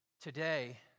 Today